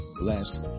Bless